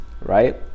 right